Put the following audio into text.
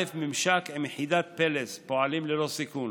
ממשק עם יחידת פלס, פועלים ללא סיכון,